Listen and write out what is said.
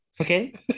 Okay